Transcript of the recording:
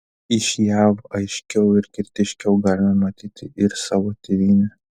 iš jav aiškiau ir kritiškiau galime matyti ir savo tėvynę